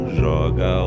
joga